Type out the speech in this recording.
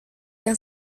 yang